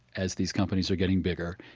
as these companies are getting bigger,